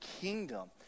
kingdom